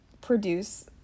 produce